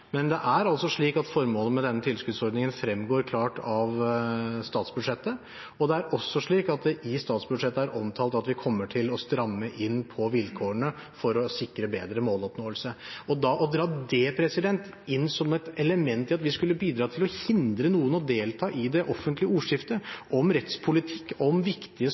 i statsbudsjettet er omtalt at vi kommer til å stramme inn på vilkårene for å sikre bedre måloppnåelse. Da å dra det inn som et element at vi skulle hindre noen i å delta i det offentlige ordskiftet om rettspolitikk og om